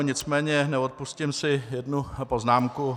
Nicméně si neodpustím jednu poznámku.